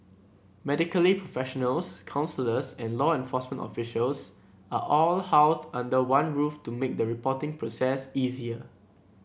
medically professionals counsellors and law enforcement officials are all housed under one roof to make the reporting process easier